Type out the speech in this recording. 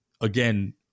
again